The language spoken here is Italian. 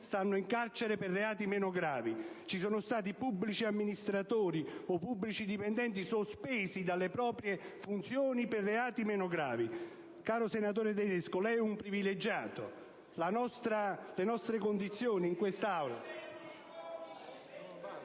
stanno in carcere per aver commesso reati meno gravi, e vi sono stati pubblici amministratori o pubblici dipendenti sospesi dalle proprie funzioni per reati meno gravi. Caro senatore Tedesco, lei è un privilegiato. Le nostre condizioni in quest'Aula...